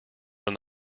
from